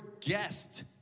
guest